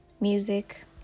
music